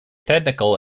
technical